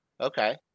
Okay